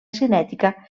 cinètica